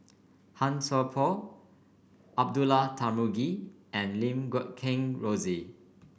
Han Sai Por Abdullah Tarmugi and Lim Guat Kheng Rosie